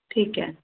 ਠੀਕ ਹੈ